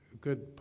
good